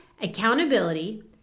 Accountability